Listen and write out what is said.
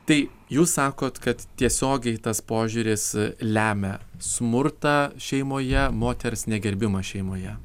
tai jūs sakot kad tiesiogiai tas požiūris lemia smurtą šeimoje moters negerbimą šeimoje